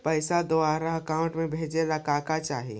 पैसा दूसरा के अकाउंट में भेजे ला का का चाही?